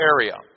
area